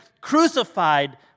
crucified